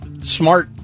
smart